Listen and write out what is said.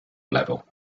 level